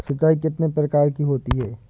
सिंचाई कितनी प्रकार की होती हैं?